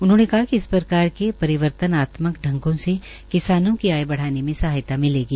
उन्होंने कहा कि इस प्रकार के परिवर्तनात्मक ढंगों से किसानों की आय बढ़ाने में सहायता मिलेगी